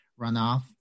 runoff